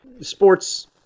Sports